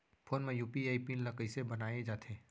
Phone म UPI pin ल कइसे बनाये जाथे?